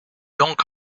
donc